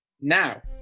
now